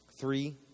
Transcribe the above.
Three